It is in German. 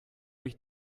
mich